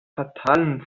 fatalen